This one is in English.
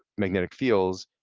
magnetic fields,